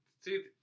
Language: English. see